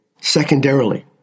Secondarily